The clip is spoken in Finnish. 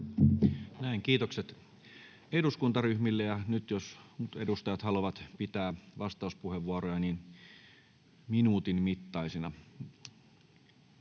Näin. — Kiitokset eduskuntaryhmille. Nyt jos edustajat haluavat pitää vastauspuheenvuoroja, niin minuutin mittaisina.